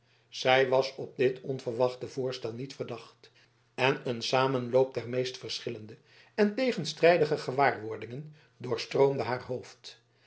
zij was op dit onverwachte voorstel niet verdacht en een samenloop der meest verschillende en tegenstrijdige gewaarwordingen doorstroomde haar hoofd